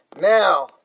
now